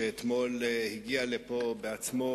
שאתמול הגיע הנה בעצמו,